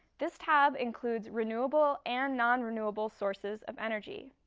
this tab includes renewable and nonrenewable sources of energy.